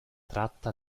tratta